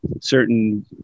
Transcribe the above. certain